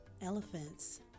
Elephants